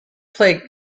played